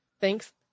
Thanks